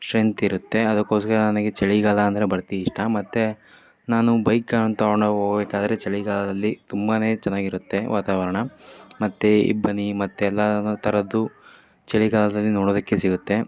strength ಇರುತ್ತೆ ಅದಕ್ಕೋಸ್ಕರ ನನಗೆ ಚಳಿಗಾಲ ಅಂದರೆ ಭರ್ತಿ ಇಷ್ಟ ಮತ್ತು ನಾನು ಬೈಕ್ಗಳನ್ನು ತಗೊಂಡು ಹೋಗ್ಬೇಕಾದ್ರೆ ಚಳಿಗಾಲದಲ್ಲಿ ತುಂಬ ಚೆನ್ನಾಗಿರುತ್ತೆ ವಾತಾವರಣ ಮತ್ತು ಇಬ್ಬನಿ ಮತ್ತು ಎಲ್ಲ ಥರದ್ದು ಚಳಿಗಾಲದಲ್ಲಿ ನೋಡೋದಕ್ಕೆ ಸಿಗುತ್ತೆ